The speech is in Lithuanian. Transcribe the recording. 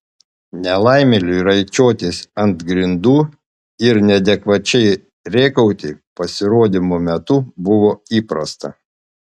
nelaimėliui raičiotis ant grindų ir neadekvačiai rėkauti pasirodymų metu buvo įprasta